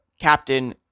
captain